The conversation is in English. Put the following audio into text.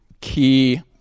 key